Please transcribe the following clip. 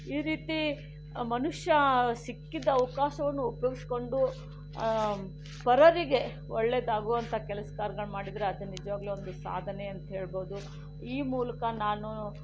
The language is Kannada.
ಈ ರೀತಿ ಮನುಷ್ಯ ಸಿಕ್ಕಿದ ಅವಕಾಶವನ್ನು ಉಪಯೋಗಿಸಿಕೊಂಡು ಪರರಿಗೆ ಒಳ್ಳೆಯದಾಗುವಂತಹ ಕೆಲಸ ಕಾರ್ಯಗಳನ್ನು ಮಾಡಿದರೆ ಅದು ನಿಜವಾಗಲೂ ಒಂದು ಸಾಧನೆ ಅಂತೇಳ್ಬೋದು ಈ ಮೂಲಕ ನಾನು